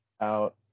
out